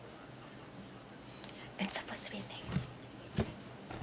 it's a first feeling